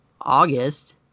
August